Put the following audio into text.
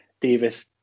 Davis